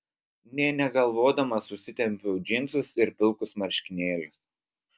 nė negalvodamas užsitempiau džinsus ir pilkus marškinėlius